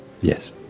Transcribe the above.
yes